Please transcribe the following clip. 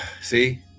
See